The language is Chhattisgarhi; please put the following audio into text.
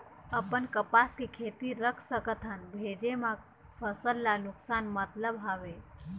अपन कपास के खेती रख सकत हन भेजे मा फसल ला नुकसान मतलब हावे?